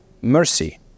Mercy